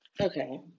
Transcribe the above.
Okay